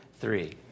three